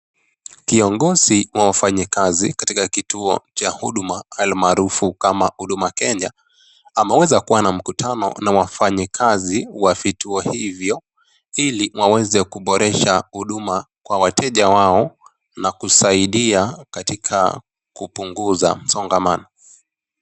Kiongozi wa wafanyikazi katika kituo cha huduma, almaarufu kama Huduma Kenya, ameweza kuwa na mkutano na wafanyikazi wa vituo hivyo, ili waweze kuboresha huduma kwa wateja wao na kusaidi katika kupunguza msongamano.